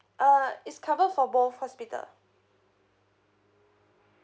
uh it's cover for both hospital